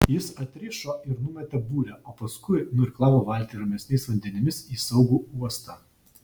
jis atrišo ir numetė burę o paskui nuirklavo valtį ramesniais vandenimis į saugų uostą